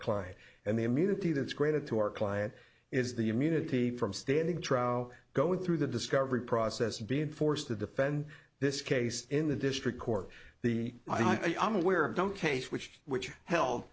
client and the immunity that's created to our client is the immunity from standing trial going through the discovery process and being forced to defend this case in the district court the i'm aware of don't case which which